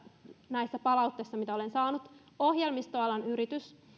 näissä palautteissa joita olen saanut esimerkiksi ohjelmistoalan yritys